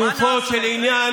אני לא רוצה את התגובה שלך,